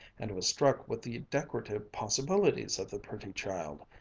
and was struck with the decorative possibilities of the pretty child,